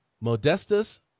Modestus